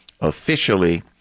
officially